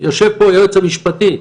יושב פה היועץ המשפטי,